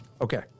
Okay